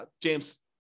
James